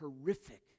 horrific